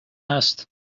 هست